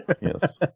Yes